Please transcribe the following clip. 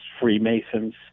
Freemasons